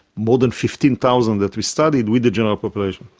more than fifteen thousand that we studied, with the general population.